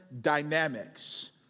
dynamics